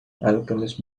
alchemists